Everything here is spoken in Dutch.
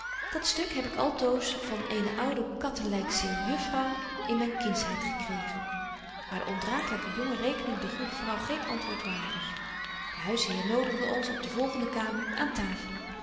dat stuk heb ik altoos van eene oude kattelykse juffrouw in myn kindsheid gekregen maar de ondraaglyke jongen rekende de goede vrouw geen antwoord waardig de huisheer nodigde ons op de volgende kamer aan tafel